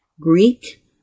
Greek